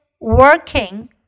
working